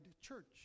church